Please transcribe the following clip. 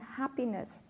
happiness